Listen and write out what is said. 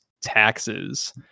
taxes